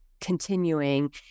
continuing